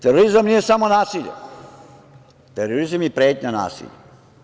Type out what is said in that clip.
Terorizam nije samo nasilje, terorizam je i pretnja nasiljem.